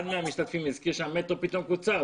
אחד מהמשתתפים הזכיר שהמטרו פתאום קוצר,